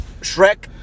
Shrek